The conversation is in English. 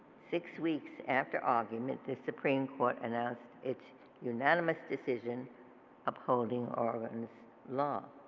six week after arguments the supreme court announced its unanimous decision upholding oregon's law.